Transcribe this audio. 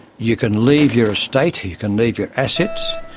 you can leave your estate, you can leave your assets,